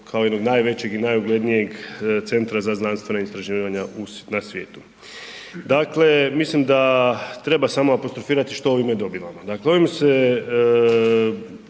kao jednog najvećeg i najuglednijeg centra za znanstvena istraživanja na svijetu. Dakle, mislim da treba samo apostrofirati što ovime dobivamo,